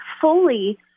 fully